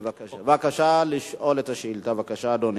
בבקשה, אדוני.